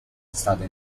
stata